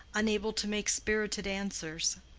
unable to make spirited answers.